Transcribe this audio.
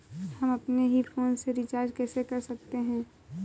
हम अपने ही फोन से रिचार्ज कैसे कर सकते हैं?